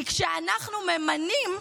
כי כשאנחנו ממנים,